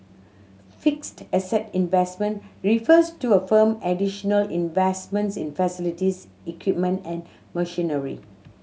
fixed asset investment refers to a firm additional investments in facilities equipment and machinery